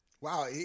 Wow